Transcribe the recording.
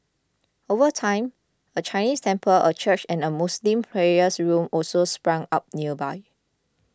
over time a Chinese temple a church and a Muslim prayers room also sprang up nearby